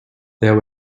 there